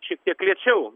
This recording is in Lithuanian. šiek tiek lėčiau